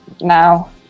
now